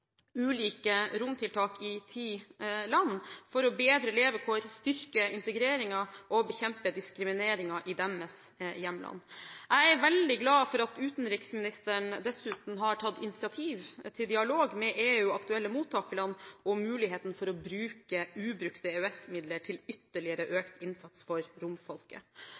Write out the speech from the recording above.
ulike romtiltak i ti land for å bedre levekårene, styrke integreringen og bekjempe diskrimineringen i deres hjemland. Jeg er veldig glad for at utenriksministeren dessuten har tatt initiativ til dialog med EU og aktuelle mottakerland om muligheten for å bruke ubrukte EØS-midler til ytterligere økt innsats for romfolket.